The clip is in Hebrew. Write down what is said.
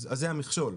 אז זה המכשול.